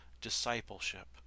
discipleship